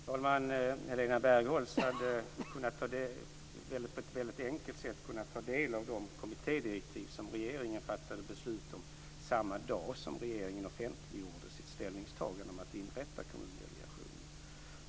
Fru talman! Helena Bargholtz hade på ett mycket enkelt sätt kunnat ta del av de kommittédirektiv som regeringen fattade beslut om samma dag som regeringen offentliggjorde sitt ställningstagande om att inrätta Kommundelegationen.